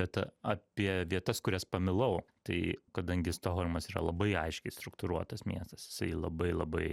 bet apie vietas kurias pamilau tai kadangi stokholmas yra labai aiškiai struktūruotas miestas jisai labai labai